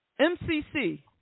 MCC